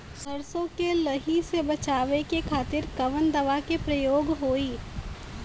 सरसो के लही से बचावे के खातिर कवन दवा के प्रयोग होई?